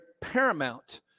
paramount